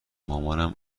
مامانم